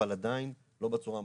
אבל עדיין לא בצורה מספקת.